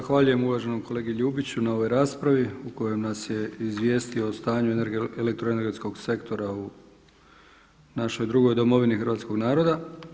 Zahvaljujem uvaženom kolegi Ljubiću na ovoj raspravi u kojoj nas je izvijestio o stanju elektroenergetskog sektora u našoj drugoj domovini hrvatskog naroda.